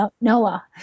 Noah